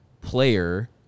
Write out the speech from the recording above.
player